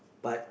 but